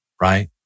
right